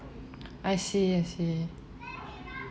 I see I see